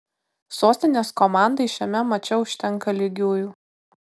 sostinės komandai šiame mače užtenka lygiųjų